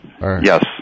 Yes